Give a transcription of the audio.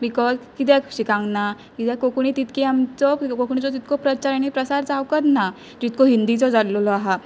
because कित्याक शिकांक ना कित्याक कोंकणी तितकी आमचो कोंकणीचो तितको प्रचार आनी प्रसार जांवकच ना जितको हिंदीचो जाल्लेलो आहा